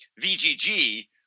VGG –